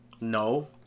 no